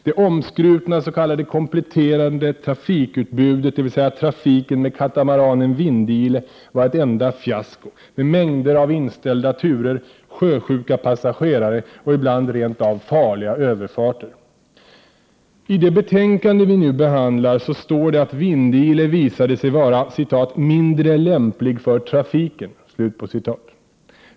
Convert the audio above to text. Det omskrutna s.k. kompletterande trafikutbudet, dvs. trafiken med katamaranen Vindile, var ett enda fiasko med mängder av inställda turer, sjösjuka passagerare och ibland rent av farliga överfarter. I det betänkande vi nu behandlar står det att Vindile visade sig vara ”mindre lämplig för trafiken”.